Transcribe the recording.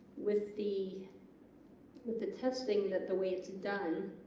with the with the testing that the way it's done